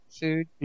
Food